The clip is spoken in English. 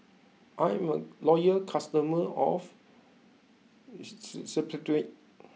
I'm a loyal customer of Cetrimide